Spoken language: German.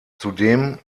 zudem